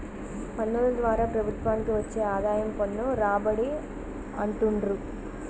పన్నుల ద్వారా ప్రభుత్వానికి వచ్చే ఆదాయం పన్ను రాబడి అంటుండ్రు